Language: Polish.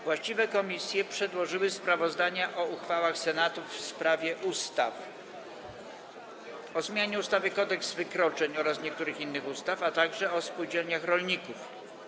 Właściwe komisje przedłożyły sprawozdania o uchwałach Senatu w sprawie ustaw: - o zmianie ustawy Kodeks wykroczeń oraz niektórych innych ustaw, - o spółdzielniach rolników.